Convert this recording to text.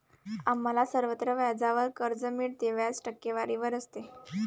आम्हाला सर्वत्र व्याजावर कर्ज मिळते, व्याज टक्केवारीवर असते